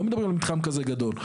לא מדברים על מתחם כזה גדול.